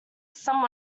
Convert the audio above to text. some